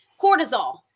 cortisol